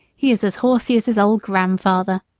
he is as horsey as his old grandfather.